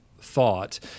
thought